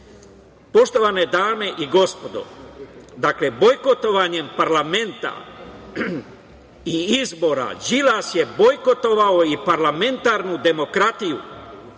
evra. Poštovani dame i gospodo, dakle bojkotovanjem parlamenta i izbora Đilas je bojkotovao i parlamentarnu demokratiju,